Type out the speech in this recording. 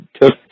took